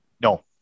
no